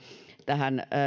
tähän